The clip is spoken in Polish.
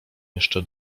jeszcze